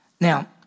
Now